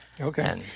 Okay